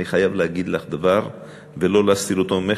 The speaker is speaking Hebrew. אני חייב להגיד לך דבר ולא להסתיר אותו ממך,